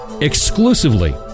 exclusively